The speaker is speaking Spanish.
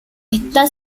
está